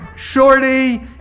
Shorty